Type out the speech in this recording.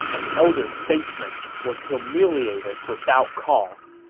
an elder statesman, was humiliated without cause.